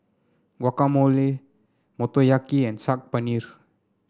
Guacamole Motoyaki and Saag Paneer